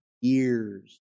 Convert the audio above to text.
years